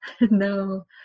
no